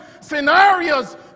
scenarios